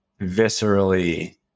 viscerally